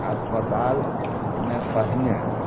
अस्पतालमे पहिने